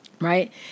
right